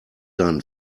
dann